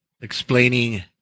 explaining